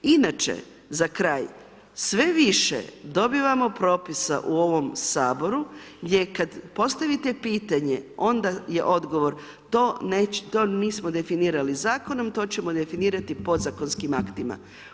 Inače, za kraj, sve više dobivamo propisa u ovom Saboru gdje kada postavite pitanje onda je odgovor to nismo definirali Zakonom, to ćemo definirati Podzakonskim aktima.